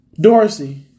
Dorsey